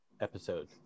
episode